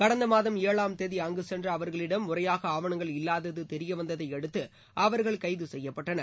கடந்த மாதம் ஏழாம் தேதி அங்கு சென்ற அவர்களிடம் முறையாக ஆவணங்கள் இல்லாதது தெரியவந்ததை அடுத்து அவர்கள் கைது செய்யப்பட்டனர்